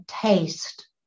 taste